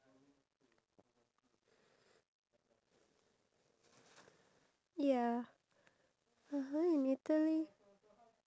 uh a traveller and a youtuber cause I saw this vlogger he actually go to um